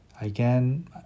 Again